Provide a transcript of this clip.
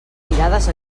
mirades